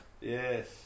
Yes